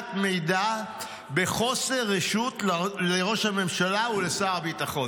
מסירת מידע בחוסר רשות לראש הממשלה ולשר הביטחון.